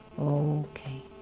Okay